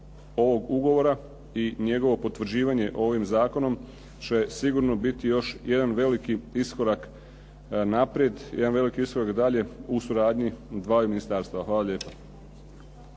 ovog ugovora i njegovo potvrđivanje ovim zakonom će sigurno biti još jedan veliki iskorak naprijed, jedan veliki iskorak dalje u suradnji dvaju ministarstava. Hvala lijepa.